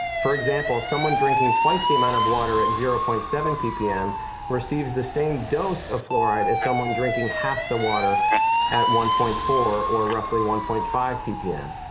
for example, someone drinking twice the amount of water at zero point seven ppm receives the same dose of fluoride as someone drinking half the water at one point four or roughly one point five ppm.